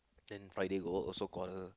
then Friday go work also quarrel